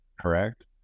correct